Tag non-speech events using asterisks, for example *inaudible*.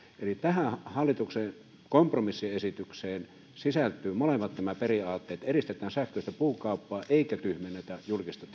tähän hallituksen kompromissiesitykseen sisältyvät molemmat nämä periaatteet edistetään sähköistä puukauppaa eikä tyhmennetä julkista *unintelligible*